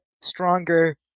stronger